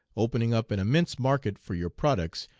opening up an immense market for your products,